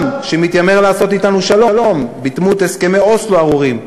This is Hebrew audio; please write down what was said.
שמתיימר לעשות אתנו שלום בדמות הסכמי אוסלו הארורים,